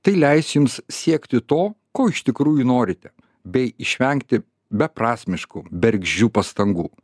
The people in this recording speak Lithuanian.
tai leis jums siekti to ko iš tikrųjų norite bei išvengti beprasmiškų bergždžių pastangų